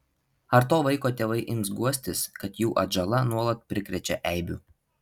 ar to vaiko tėvai ims guostis kad jų atžala nuolat prikrečia eibių